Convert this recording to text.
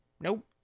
nope